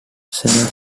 cellar